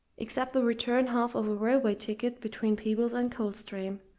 except the return half of a railway ticket between peebles and coldstream,